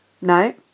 No